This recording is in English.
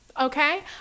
Okay